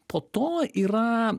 po to yra